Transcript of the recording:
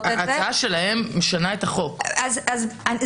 זה לא יעבור אם המציעות לא בעד זה,